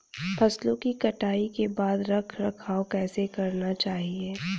फसलों की कटाई के बाद रख रखाव कैसे करना चाहिये?